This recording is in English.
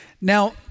Now